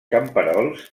camperols